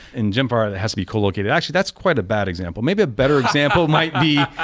and gemfire it has to be co-located. actually, that's quite a bad example. maybe a better example might be,